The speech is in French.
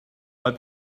pas